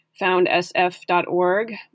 foundsf.org